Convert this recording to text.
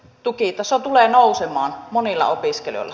tukitaso tulee nousemaan monilla opiskelijoilla